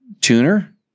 tuner